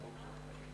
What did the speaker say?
בבקשה.